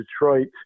Detroit